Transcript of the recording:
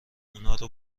اونارو